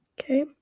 Okay